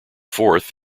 fourth